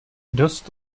dost